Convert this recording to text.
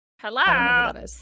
Hello